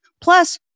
Plus